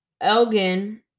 Elgin